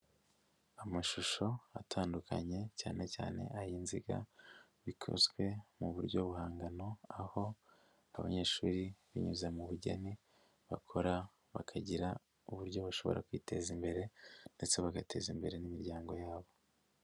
Amashusho atandukanye cyane cyane ay'inziga, bikozwe mu buryo buhangano aho abanyeshuri binyuze mu bugeni, bakora bakagira uburyo bashobora kwiteza imbere ndetse bagateza imbere n'imiryango yabo.